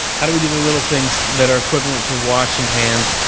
how do we do the little things that are equivalent to washing hands,